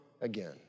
again